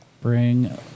Bring